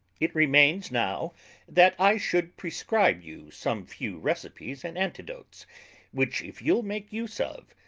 it remains now that i should prescribe you some few recipe's and antidotes which if you'l make use of,